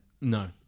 No